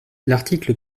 l’article